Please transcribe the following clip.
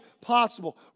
possible